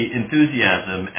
enthusiasm